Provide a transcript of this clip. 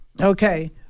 okay